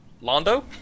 Lando